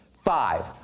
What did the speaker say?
Five